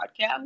podcast